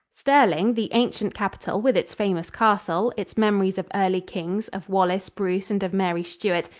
stirling, the ancient capital, with its famous castle, its memories of early kings, of wallace, bruce and of mary stuart,